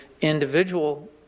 individual